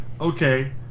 okay